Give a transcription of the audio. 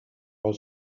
vol